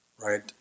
right